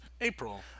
April